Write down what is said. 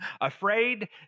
afraid